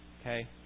Okay